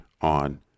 on